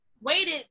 waited